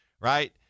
right